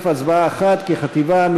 הצבעה אחת כחטיבה.